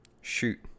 shoot